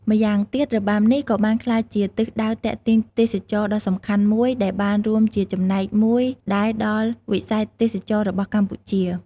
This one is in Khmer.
ម្យ៉ាងទៀត របាំនេះក៏បានក្លាយជាទិសដៅទាក់ទាញទេសចរណ៍ដ៏សំខាន់មួយ ដែលបានរួមជាចំណែកមួយដែរដល់វិស័យទេសចរណ៍របស់កម្ពុជា។